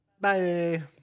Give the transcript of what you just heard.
Bye